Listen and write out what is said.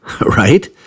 right